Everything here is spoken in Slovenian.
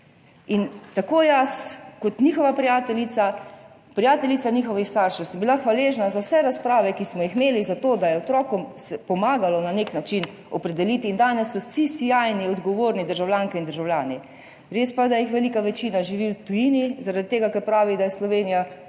Tako jaz kot njihova prijateljica, prijateljica njihovih staršev sem bila hvaležna za vse razprave, ki smo jih imeli, zato da se je otrokom pomagalo na nek način opredeliti in danes so vsi sijajni, odgovorni državljanke in državljani. Res pa je, da jih velika večina živi v tujini zaradi tega, ker pravijo, da je Slovenija